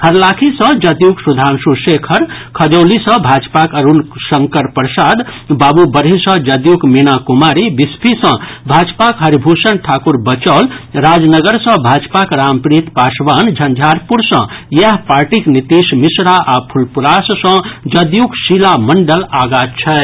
हरलाखी सॅ जदयूक सुधांशु शेखर खजौली सॅ भाजपाक अरूण शंकर प्रसाद बाबूबरही सॅ जदयूक मीणा कुमारी बिस्फी सॅ भाजपाक हरिभूषण ठाकुर बचौल राजनगर सॅ भाजपाक रामप्रीत पासवान झंझारपुर सॅ इएह पार्टीक नीतीश मिश्रा आ फुलपरास सॅ जदयूक शीला मंडल आगां छथि